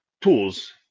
tools